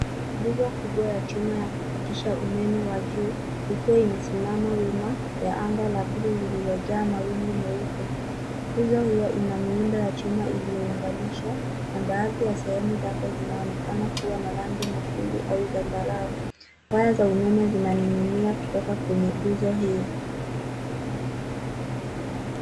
Nguzo kubwa ya chuma ya kupitisha umeme wa juu, ikiwa imesimama wima ya anga la buluu lililojaa mawingu meupe. Nguzo hio ina miundo ya chuma iliyounganishwa na baadhi ya sehemu zake zinaonekana kuwa na rangi nyekundu au zambarau. Waya za umeme zinaning'inia kutoka kwenye nguzo hio.